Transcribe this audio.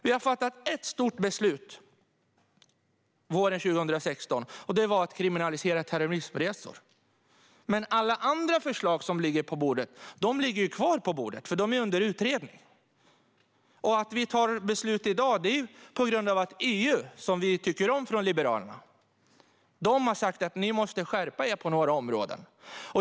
Vi fattade ett stort beslut våren 2016, och det var att kriminalisera terrorismresor. Men alla andra förslag som ligger på bordet ligger kvar där, för de är under utredning. Att vi fattar beslut i dag beror på att EU, som vi i Liberalerna tycker om, har sagt: Ni måste skärpa er på några områden.